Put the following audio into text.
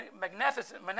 magnificent